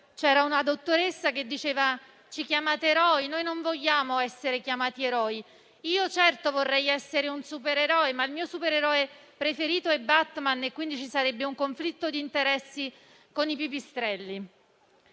c'era una dottoressa che diceva: «Ci chiamate eroi, ma noi non vogliamo essere chiamati eroi. Io certo vorrei essere un supereroe, ma il mio supereroe preferito è Batman e quindi ci sarebbe un conflitto di interessi con i pipistrelli».